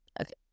okay